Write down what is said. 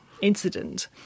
incident